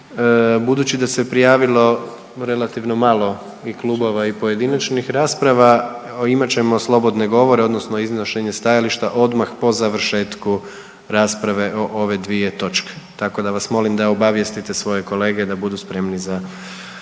Budući da se prijavilo relativno malo i klubova i pojedinačnih rasprava imat ćemo slobodne govore odnosno iznošenje stajališta odmah po završetku rasprave o ove dvije točke, tako da vas molim da obavijestite svoje kolege da budu spremni za